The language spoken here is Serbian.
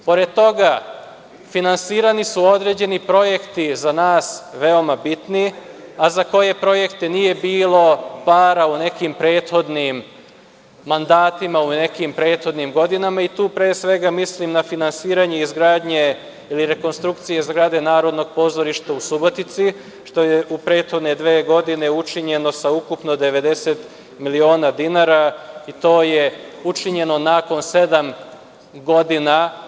Pored toga, finansirani su određeni projekti za nas veoma bitni, a za koje nije bilo para u nekim prethodnim mandatima, u nekim prethodnim godinama i tu pre svega mislim na finansiranje izgradnje ili rekonstrukciju zgrade Narodnog pozorišta u Subotici, što je u prethodne dve godine učinjeno sa ukupno 90 miliona dinara, i to je učinjeno nakon sedam godina.